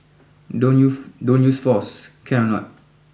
don't use don't use force can or not